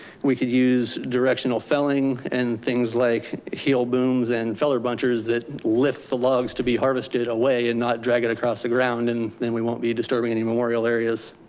we could use directional felling and things like heel booms and feller bunchers that lift the lugs to be harvested away and not drag it across the ground. and then we won't be disturbing any memorial areas.